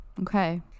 okay